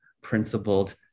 principled